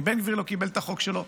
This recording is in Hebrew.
אם בן גביר לא קיבל את החוק שלו.